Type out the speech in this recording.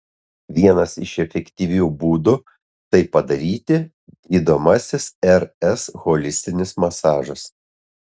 vienas iš efektyvių būdų tai padaryti gydomasis rs holistinis masažas